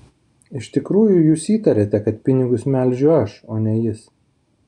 iš tikrųjų jūs įtariate kad pinigus melžiu aš o ne jis